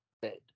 bed